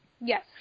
Yes